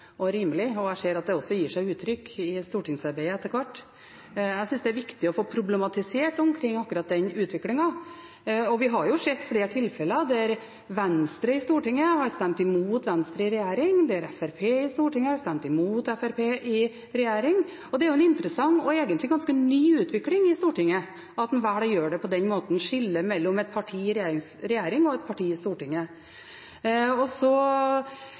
og rimelig, og jeg ser at det også gir seg uttrykk i stortingsarbeidet etter hvert. Jeg synes det er viktig å få problematisert akkurat den utviklingen. Vi har sett flere tilfeller der Venstre i Stortinget har stemt imot Venstre i regjering, der Fremskrittspartiet i Stortinget har stemt imot Fremskrittspartiet i regjering. Det er en interessant og egentlig ganske ny utvikling i Stortinget at en velger å gjøre det på den måten – å skille mellom et parti i regjering og et parti i Stortinget. Så